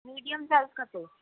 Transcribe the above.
medium size खपे